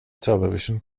television